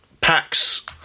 packs